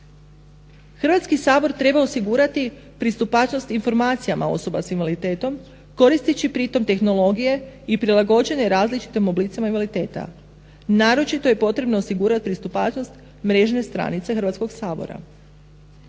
Hrvatski sabor treba osigurati pristupačnost informacijama osoba s invaliditetom koristeći pri tom tehnologije i prilagođene različitim oblicima invaliditeta. Naročito je potrebno osigurati pristupačnost mrežne stranice Hrvatskog sabora.